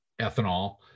ethanol